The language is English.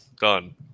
Done